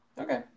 Okay